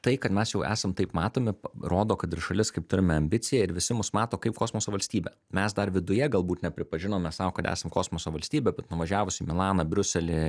tai kad mes jau esam taip matomi rodo kad ir šalis kaip turime ambiciją ir visi mus mato kaip kosmoso valstybę mes dar viduje galbūt nepripažinome sau kad esam kosmoso valstybė bet nuvažiavus į milaną briuselį